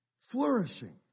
flourishing